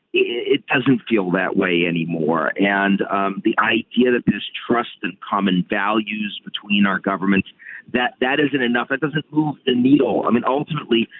it doesn't feel that way anymore. and um the idea that this trust and common values between our governments that that isn't enough doesn't move the needle. i mean, ultimately,